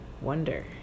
wonder